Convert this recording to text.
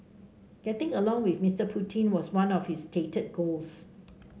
getting along with Mister Putin was one of his stated goals